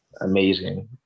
amazing